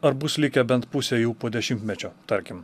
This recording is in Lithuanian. ar bus likę bent pusė jų po dešimtmečio tarkim